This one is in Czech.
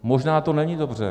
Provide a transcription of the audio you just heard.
Možná to není dobře.